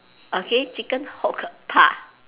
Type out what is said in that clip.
okay chicken hook park